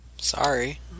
Sorry